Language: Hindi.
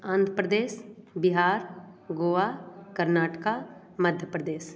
आंध्र प्रदेश बिहार गोवा कर्नाटका मध्य प्रदेश